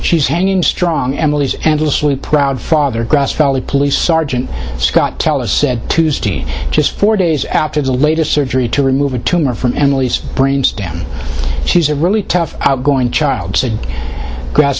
she's hanging strong emily's endlessly proud father grass valley police sergeant scott tele said tuesday just four days after the latest surgery to remove a tumor from emily's brain stem she's a really tough outgoing child said grass